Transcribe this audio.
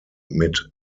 mit